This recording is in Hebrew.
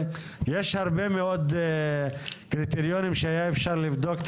יש הרבה מאוד קריטריונים שהיה אפשר לבדוק את